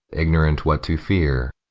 ignorant what to fear,